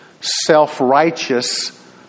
self-righteous